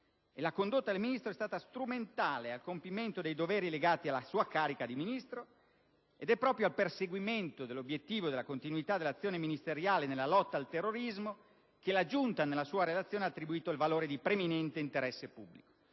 La condotta del Ministro è stata strumentale al compimento dei doveri legati alla sua carica di Ministro ed è proprio al perseguimento dell'obiettivo della continuità dell'azione ministeriale nella lotta al terrorismo che la Giunta, nella sua relazione, ha attribuito il valore di preminente interesse pubblico.